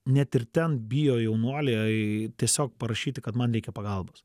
net ir ten bijo jaunuoliai tiesiog parašyti kad man reikia pagalbos